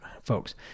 folks